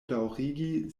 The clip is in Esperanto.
daŭrigi